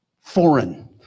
foreign